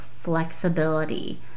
flexibility